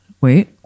wait